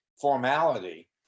formality